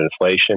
inflation